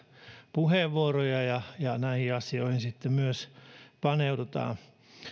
puheenvuoroja ja ja näihin asioihin sitten myös paneudutaan